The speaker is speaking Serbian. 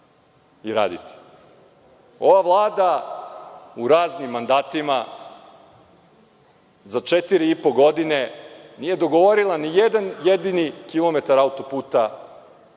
i raditi? Ova Vlada u raznim mandatima za četiri i po godine nije dogovorila ni jedan jedini nov kilometar autoputa.